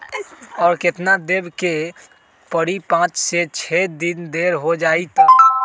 और केतना देब के परी पाँच से छे दिन देर हो जाई त?